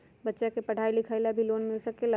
बच्चा के पढ़ाई लिखाई ला भी लोन मिल सकेला?